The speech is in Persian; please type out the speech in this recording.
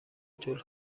طول